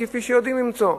כפי שיודעים למצוא.